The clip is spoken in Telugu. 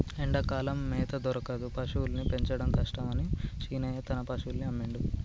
ఎండాకాలం మేత దొరకదు పశువుల్ని పెంచడం కష్టమని శీనయ్య తన పశువుల్ని అమ్మిండు